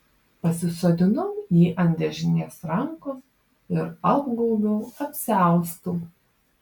pasisodinau jį ant dešinės rankos ir apgaubiau apsiaustu